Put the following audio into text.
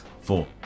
Four